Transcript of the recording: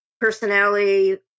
personality